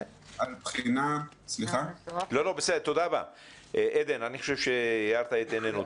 תודה רבה עדן, אני חושב שהארת את עינינו.